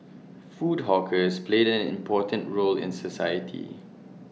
food hawkers played an important role in society